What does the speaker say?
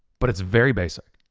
but it's very basic,